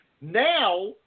Now